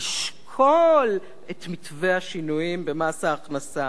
"לשקול את מתווה השינויים במס ההכנסה".